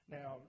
Now